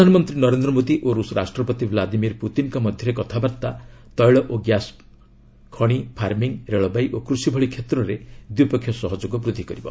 ପ୍ରଧାନମନ୍ତ୍ରୀ ନରେନ୍ଦ୍ର ମୋଦି ଓ ରୁଷ୍ ରାଷ୍ଟ୍ରପତି ବ୍ଲାଦିମିତ ପୁତିନଙ୍କ ମଧ୍ୟରେ କଥାବାର୍ତ୍ତା ତୈଳ ଓ ଗ୍ୟାସ୍ ଖଣି ଫାର୍ମିଙ୍ଗ ରେଳବାଇ ଓ କୃଷି ଭଳି କ୍ଷେତ୍ରରେ ଦ୍ୱିପକ୍ଷିୟ ସହଯୋଗ ବୃଦ୍ଧି କରିବ